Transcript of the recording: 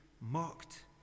mocked